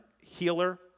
healer